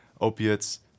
opiates